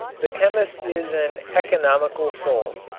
the chemist is an economical soul.